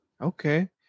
Okay